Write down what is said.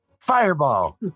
fireball